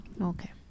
Okay